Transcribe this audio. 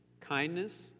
kindness